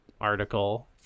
article